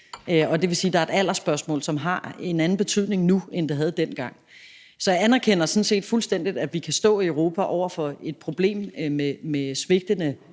det vil sige, at der er et aldersspørgsmål, som har en anden betydning nu, end det havde dengang. Så jeg anerkender sådan set fuldstændig, at vi i Europa kan stå over for et problem med svigtende